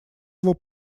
его